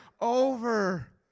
over